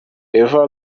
eva